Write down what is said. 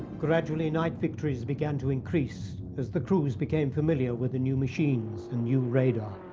gradually night victories began to increase as the crews became familiar with the new machines and new radar.